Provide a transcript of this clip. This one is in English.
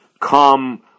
come